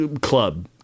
club